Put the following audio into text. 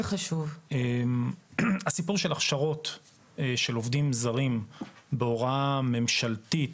הסיפור של הכשרות של העובדים הזרים בהוראה ממשלתית,